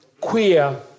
queer